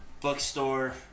bookstore